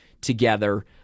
together